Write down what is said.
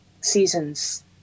seasons